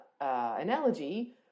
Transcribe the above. analogy